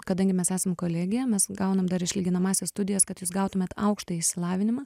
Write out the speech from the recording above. kadangi mes esam kolegija mes gaunam dar išlyginamąsias studijas kad jūs gautumėt aukštąjį išsilavinimą